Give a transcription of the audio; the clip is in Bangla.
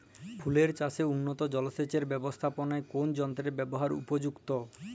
ফুলের চাষে উন্নত জলসেচ এর ব্যাবস্থাপনায় কোন যন্ত্রের ব্যবহার উপযুক্ত?